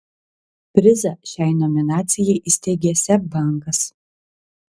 prizą šiai nominacijai įsteigė seb bankas